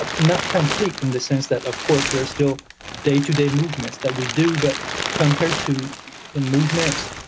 ah not complete in the sense that of course there's still day to day movements that we do, but compared to the movements